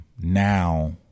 Now